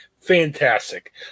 Fantastic